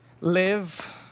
live